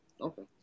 Okay